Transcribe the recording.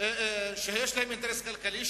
שיש להם אינטרס כלכלי,